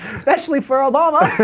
especially for about